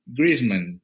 Griezmann